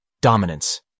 Dominance